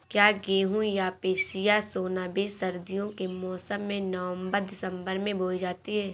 क्या गेहूँ या पिसिया सोना बीज सर्दियों के मौसम में नवम्बर दिसम्बर में बोई जाती है?